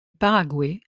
paraguay